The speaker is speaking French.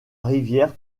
rivière